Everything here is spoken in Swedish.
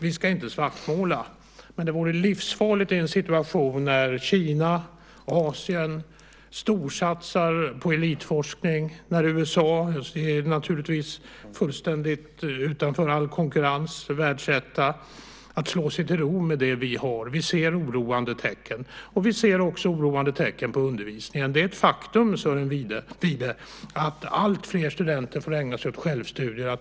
Vi ska inte svartmåla, men det vore livsfarligt att i en situation när Kina och Asien storsatsar på elitforskning och med USA utan konkurrens som världsetta slå sig till ro med det vi har. Vi ser oroande tecken. Vi ser också oroande tecken när det gäller undervisningen. Det är ett faktum, Sören Wibe, att alltfler studenter får ägna sig åt självstudier.